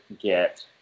get